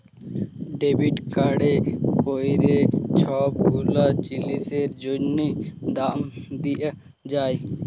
debit কাড়ে ক্যইরে ছব গুলা জিলিসের জ্যনহে দাম দিয়া যায়